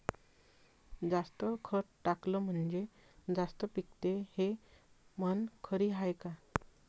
जास्त खत टाकलं म्हनजे जास्त पिकते हे म्हन खरी हाये का?